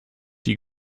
die